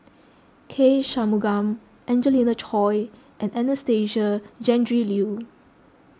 K Shanmugam Angelina Choy and Anastasia Tjendri Liew